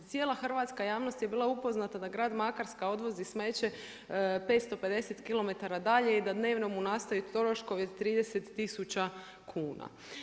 Cijela hrvatska javnost je bila upoznata da grad Makarska odvozi smeće 550 km dalje i da dnevno mu nastaju troškovi od 30000 kuna.